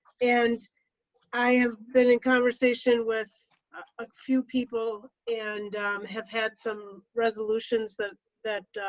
and i have been in conversation with a few people and have had some resolutions that that